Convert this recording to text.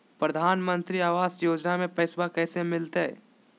प्रधानमंत्री आवास योजना में पैसबा कैसे मिलते?